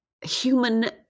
human